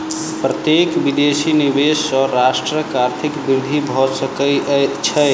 प्रत्यक्ष विदेशी निवेश सॅ राष्ट्रक आर्थिक वृद्धि भ सकै छै